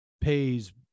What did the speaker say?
pays